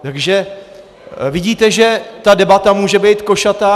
Takže vidíte, že ta debata může být košatá.